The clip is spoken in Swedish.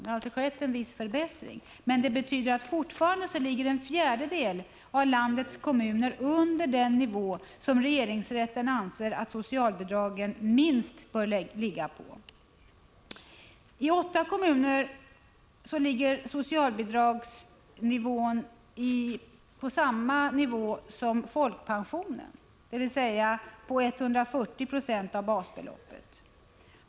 Det har alltså skett en viss förbättring, men fortfarande har en fjärdedel av landets kommuner en socialbidragsnorm som ligger under den nivå som regeringsrätten anser att socialbidragen minst bör ligga på. I åtta kommuner ligger socialbidragen på samma nivå som folkpensionen, dvs. de utgör 140 90 av basbeloppet.